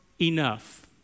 enough